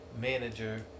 manager